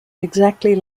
exactly